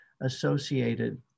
associated